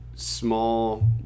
Small